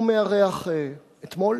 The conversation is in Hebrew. הוא מארח אתמול